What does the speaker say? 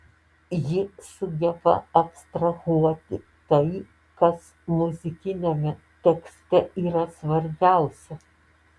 ji sugeba abstrahuoti tai kas muzikiniame tekste yra svarbiausia